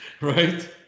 right